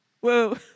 Whoa